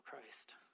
Christ